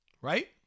right